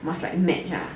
much like match ah